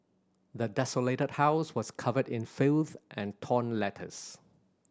the desolated house was covered in filth and torn letters